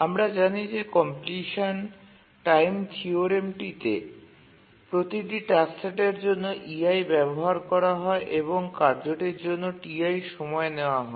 আমরা জানি যে কমপ্লিশান টাইম থিওরেমটিতে প্রতিটি টাস্ক সেটের জন্য ei ব্যবহার করা হয় এবং কার্যটির জন্য ti সময় নেওয়া হয়